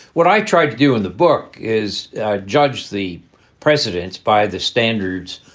what i tried to do in the book is judge the precedents, by the standards,